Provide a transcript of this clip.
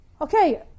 Okay